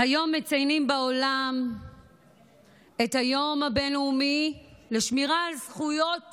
היום מציינים בעולם את היום הבין-לאומי לשמירה על זכויות